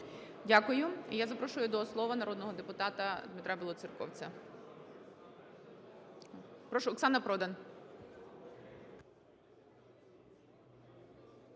Дякую. І я запрошую до слова народного депутата Дмитра Білоцерковця. Прошу, Оксана Продан.